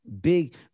big